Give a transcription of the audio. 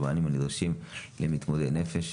ולהבאת מענים נדרשים למתמודדי נפש.